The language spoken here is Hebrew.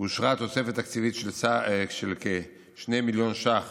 אושרה תוספת תקציבית של כ-2 מיליון ש"ח